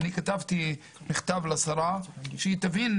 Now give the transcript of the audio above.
אני כתבתי מכתב לשרה שהיא תבין